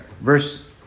Verse